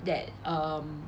that um